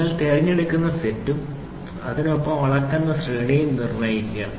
നിങ്ങൾ തിരഞ്ഞെടുക്കുന്ന സെറ്റും തിരഞ്ഞെടുത്ത സെറ്റിനൊപ്പം അളക്കുന്ന ശ്രേണിയും നിർണ്ണയിക്കുക